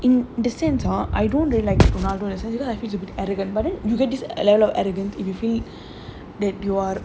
in the center I don't really like ronaldo like to be arrogant but then you get this of arrogance if you feel that you are